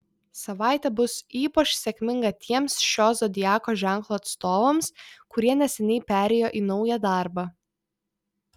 savaitė bus ypač sėkminga tiems šio zodiako ženklo atstovams kurie neseniai perėjo į naują darbą